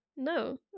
No